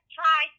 try